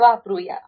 ते वापरुया